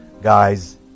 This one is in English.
guys